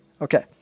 Okay